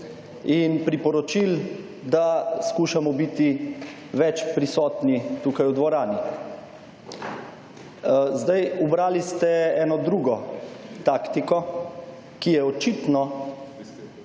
in priporočil, da skušamo biti več prisotni tu v dvorani. Zdaj ste ubrali neko drugo taktiko, ki je očitno,